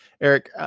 Eric